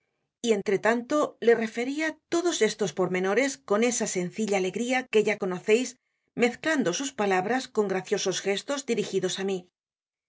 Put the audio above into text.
y entre tanto le referia todos estos pormenores con esa sencilla alegría que ya conoceis mezclando sus palabras con graciosos gestos dirigidos á mí